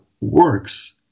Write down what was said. works